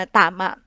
tama